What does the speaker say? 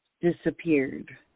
disappeared